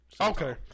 Okay